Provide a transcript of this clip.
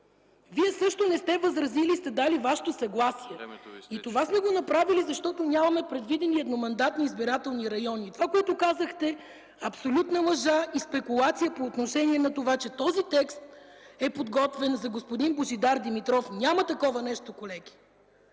Вие също не сте възразили и сте дали Вашето съгласие! И това сме го направили, защото нямаме предвидени едномандатни избирателни райони. Това, което казахте, е абсолютна лъжа и спекулация по отношение на това, че този текст е подготвен за господин Божидар Димитров. Няма такова нещо, колеги!